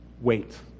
Wait